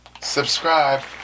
subscribe